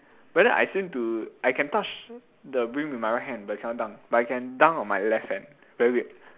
but then I seem to I can touch the rim with my right hand but cannot dunk but I can dunk on my left hand very weird